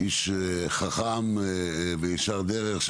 איש חכם וישר דרך,